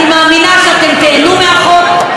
אני מאמינה שאתם תיהנו מהחוק,